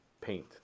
paint